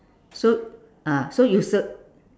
so ah so you cir~